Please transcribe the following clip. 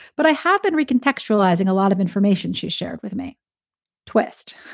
but i have been recontextualize ing a lot of information she shared with me twist.